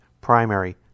primary